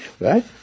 Right